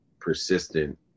persistent